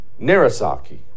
Narasaki